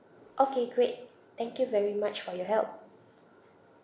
okay great thank you very much for your help